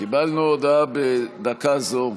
קיבלנו הודעה בדקה זו.